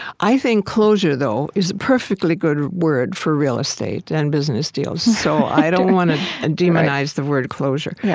i think closure, though, is a perfectly good word for real estate and business deals, so i don't want to demonize the word closure. yeah